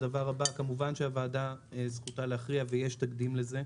כמובן שהוועדה, זכותה להכריע ויש תקדים לזה.